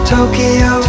Tokyo